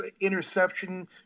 interception